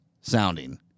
sounding